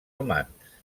humans